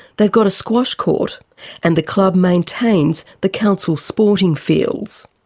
they've got a squash court and the club maintains the council's sporting fields.